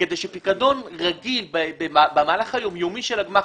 כדי שפיקדון רגיל במהלך היום יומי של הגמ"ח,